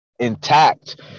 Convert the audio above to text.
intact